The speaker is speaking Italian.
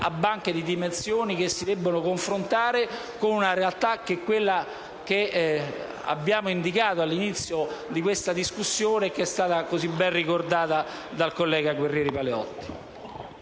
a banche di dimensioni che si devono confrontare con una realtà come quella che abbiamo indicato all'inizio della discussione in corso e che è stata molto ben ricordata dal collega Guerrieri Paleotti.